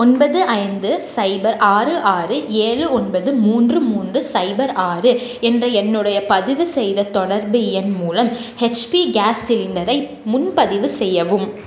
ஒன்பது ஐந்து ஸைபர் ஆறு ஆறு ஏழு ஒன்பது மூன்று மூன்று ஸைபர் ஆறு என்ற என்னுடைய பதிவுசெய்த தொடர்பு எண் மூலம் ஹெச்பி கேஸ் சிலிண்டரை முன்பதிவு செய்யவும்